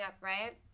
right